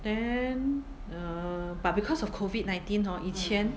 then err but because of COVID nineteen hor 以前